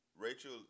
Rachel